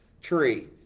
tree